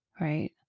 right